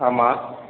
ஆமாம்